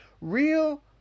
Real